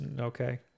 okay